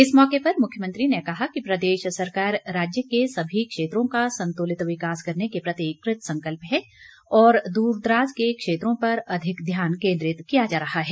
इस मौके पर मुख्यमंत्री ने कहा कि प्रदेश सरकार राज्य के सभी क्षेत्रों का संतुलित विकास करने के प्रति कृतसंकल्प है और दूरदराज के क्षेत्रों पर अधिक ध्यान केन्द्रित किया जा रहा है